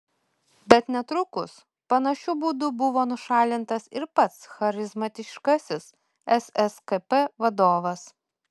bet netrukus panašiu būdu buvo nušalintas ir pats charizmatiškasis sskp vadovas